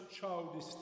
childish